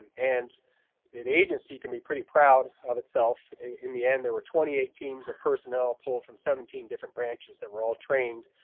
and and the the agency can be pretty proud of itself. in in the end there were twenty eight teams of personnel pulled from seventeen different branches that were all trained